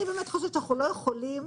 אני באמת חושבת שאנחנו לא יכולים